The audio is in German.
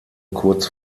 kurz